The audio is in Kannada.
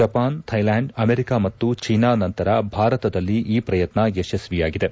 ಜಪಾನ್ ಥೈಲ್ಯಾಂಡ್ ಅಮೆರಿಕ ಮತ್ತು ಚೀನಾ ನಂತರ ಭಾರತದಲ್ಲಿ ಈ ಪ್ರಯತ್ನ ಯಶಸ್ತಿಯಾಗಿದೆ